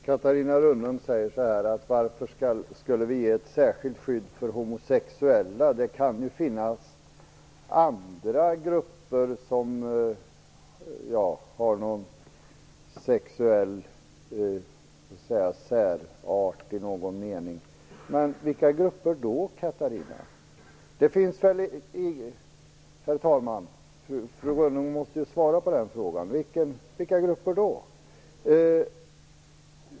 Herr talman! Catarina Rönnung frågar varför vi skulle ge ett särskilt skydd för de homosexuella och säger att det kan finnas andra grupper med sexuell särart i någon mening. Vilka grupper är det, Catarina Rönnung?